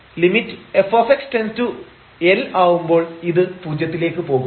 lim f→L ആവുമ്പോൾ ഇത് പൂജ്യത്തിലേക്ക് പോകും